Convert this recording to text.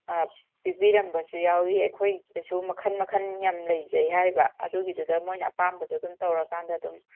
ꯄꯤꯕꯤꯔꯝꯕꯁꯨ ꯌꯥꯎꯏ ꯑꯩꯈꯣꯏꯒꯤꯗꯁꯨ ꯃꯈꯜ ꯃꯈꯜ ꯌꯥꯝ ꯂꯩꯖꯩ ꯍꯥꯏꯔꯤꯕ ꯑꯗꯨꯒꯤꯗꯨꯅ ꯃꯣꯏꯅ ꯑꯄꯥꯝꯕꯗꯨ ꯑꯗꯨꯝ ꯇꯧꯔꯀꯥꯟꯗ ꯑꯗꯨꯝ